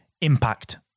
impact